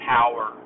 Power